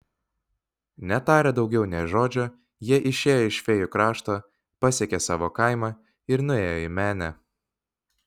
netarę daugiau nė žodžio jie išėjo iš fėjų krašto pasiekė savo kaimą ir nuėjo į menę